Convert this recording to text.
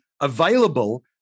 available